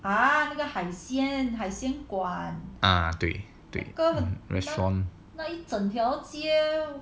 ah 对对 restaurant